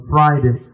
Friday